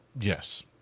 Yes